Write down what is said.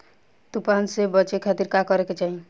तूफान से बचे खातिर का करे के चाहीं?